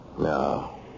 No